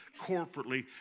corporately